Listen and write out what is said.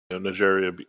Nigeria